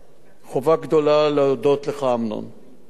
השתתפתי בכמה ישיבות בראשותך.